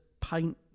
paint